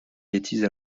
bêtises